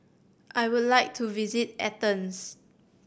I would like to visit Athens